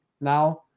now